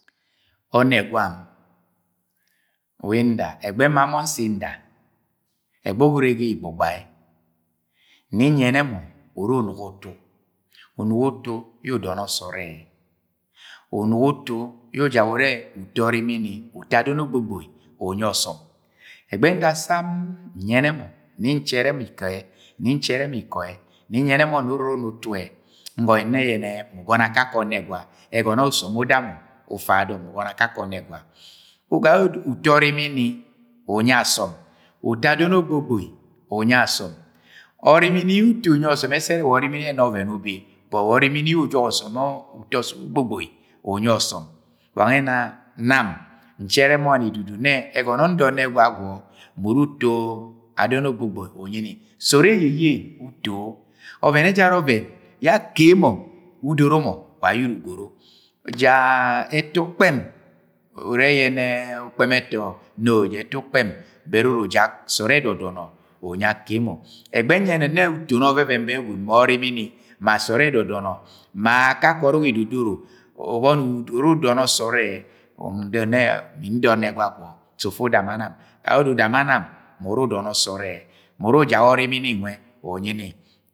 Ọnegwam, wẹ nda ẹgbẹghe yẹ mma mo nsi nda, ẹgbeghe ye ure ga igbọbare nni nyẹnẹ mọ uru unugo utu, unugo utu yẹ udọnọ sọọde ẹ unugo utu yẹ ufak ure uto ọrimini uto adon agbogboi unyi ọsọm. Ẹgbẹghe yẹ nda samm nyena mo, nni nchẹrẹ mọ ikọ ẹ, nni nchẹrẹ mọ iko ẹ nni nyẹnẹ nẹ ure uru ana utu e, ngononi nne yẹnẹ mu ugọnọ akake ọnegwa egono yẹ osom uda mọ ufẹ a dọng mo ugọnọ akake ọnẹgwa. Ga yẹ odo uto ọrimini unyi asọm, uto adọ ogbogboi unyi asọm ọrimini yẹ uto unyi ọsọm ẹsẹ ere wa una ọvẹn ubi but wa ọrimini ujok ọsọm ọ, uto ọsọm ogbogboi wa nwẹ ena nam nchẹrẹ mọni dudu nne ẹgọnọ ye nda ọnegwa gwọ mu uru uto adọn ogbogboi unyi ni sọọd eyeye uto. Ọven ẹjara yẹ akemo udoro mọ wa yẹ uru ugoro. Ja ẹbọ ukpem urẹ yẹnẹ ukpẹm ẹto no ja ẹto ukpem but uru ujak sọọ ẹdọdọnọ unyi akemo. Ga egbẹghe yẹ nyẹnẹ uton ọvẹvẹn bẹ gwud ma ọrimini ma sọọd edọdọnọ ma akake ọrọk edodoro, ubọni uru udọnọ sọọd ẹ, ndoro nnẹ mi nda ọnegwa gwọ sẹ ufu uda ma nam. Ga yie odo uda ma nam mu uru udọnọ sọọd mu uru ujak ọrimini nwe unyi ni.